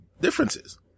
differences